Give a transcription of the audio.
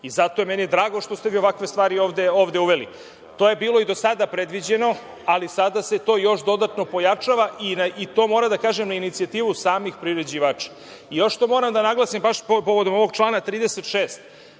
Zato je meni drago što ste vi ovakve stvari ovde uveli. To je bilo i do sada predviđeno, ali sada se to još dodatno pojačava i to na inicijativu samih priređivača. Još to moram da naglasim baš povodom ovog člana 36,